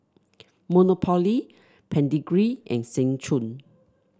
Monopoly Pedigree and Seng Choon